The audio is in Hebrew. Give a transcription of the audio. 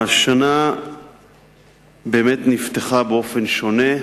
השנה באמת נפתחה באופן שונה,